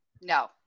No